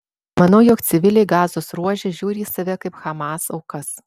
manau jog civiliai gazos ruože žiūri į save kaip hamas aukas